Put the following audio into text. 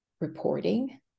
reporting